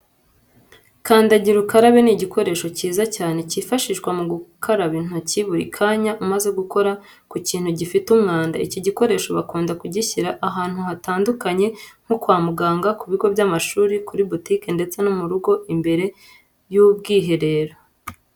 Kandagira ukarabe ni igikoresho cyiza cyane cyifashishwa mu gukaraba intoki buri kanya umaze gukora ku kintu gifite umwanda. Iki gikoresho bakunda kugishyira ahantu hantandukanye nko kwa muganga, ku bigo by'amashuri, kuri butike ndetse no mu rugo imbere y'ubwiherero.